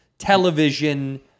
television